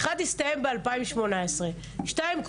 דבר ראשון הוא הסתיים ב-2018 ודבר שני כל